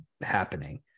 happening